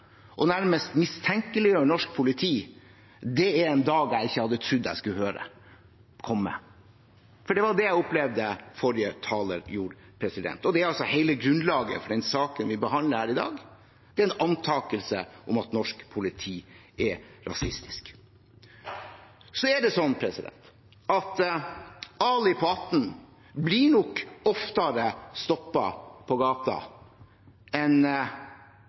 nærmest mistenkeliggjøre norsk politi, det er en dag jeg ikke hadde trodd skulle komme. For det var det jeg opplevde at forrige taler gjorde, og det er grunnlaget for den saken vi behandler her i dag: en antakelse om at norsk politi er rasistisk. Så er det slik at Ali på 18 blir nok oftere stoppet på gaten enn